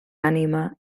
ànima